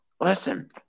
Listen